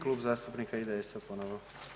Klub zastupnika IDS-a ponovo.